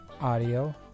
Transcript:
audio